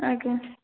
ଆଜ୍ଞା